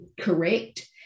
Correct